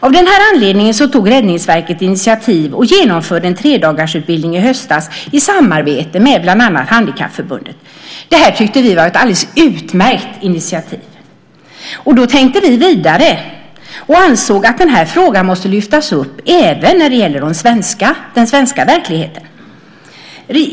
Av den här anledningen tog Räddningsverket ett initiativ och genomförde en tredagarsutbildning i höstas i samarbete med bland annat Handikappförbundet. Det här tyckte vi var ett alldeles utmärkt initiativ. Vi tänkte vidare och ansåg att den här frågan måste lyftas upp även när det gäller den svenska verkligheten.